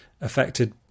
affected